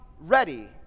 ready